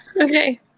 Okay